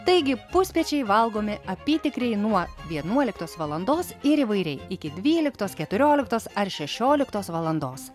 taigi pusryčiai valgomi apytikriai nuo vienuoliktos valandos ir įvairiai iki dvyliktos keturioliktos ar šešioliktos valandos